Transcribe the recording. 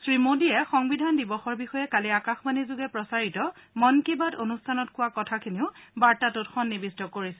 শ্ৰীমোদীয়ে সংবিধান দিৱসৰ বিষয়ে কালি আকাশবাণীযোগে প্ৰচাৰিত মন কী বাত অনুষ্ঠানত কোৱা কথাখিনিও বাৰ্তাটোত সন্নিৱিষ্ট কৰিছে